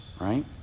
right